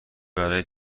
برای